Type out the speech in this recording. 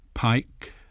Pike